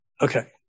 Okay